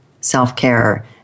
self-care